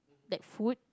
that food